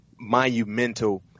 monumental